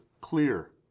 clear